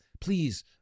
please